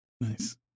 Nice